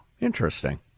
Interesting